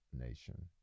nation